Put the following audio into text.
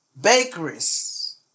bakeries